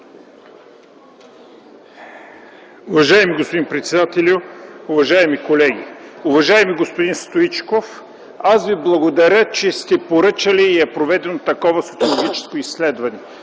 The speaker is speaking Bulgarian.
Уважаеми господин председателю, уважаеми колеги! Уважаеми господин Стоичков, аз Ви благодаря, че сте поръчали и е проведено такова социологическо изследване.